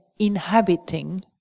Inhabiting